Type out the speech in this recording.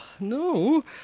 No